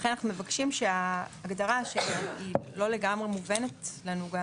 ההגדרה לא לגמרי מובנת לנו,